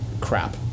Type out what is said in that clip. crap